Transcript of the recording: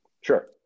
Sure